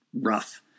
rough